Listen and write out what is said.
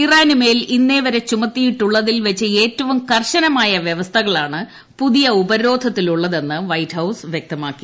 ഇറാനുമേൽ ഇന്നേ വരെ ചുമത്തിയിട്ടുള്ളതിൽ വച്ച് കുറ്റവും കർശനമായ വ്യവസ്ഥകളാണ് പുതിയ ഉപരോധത്തിൽ ഉള്ളതെന്ന് വൈറ്റ് ഹൌസ് വ്യക്തമാക്കി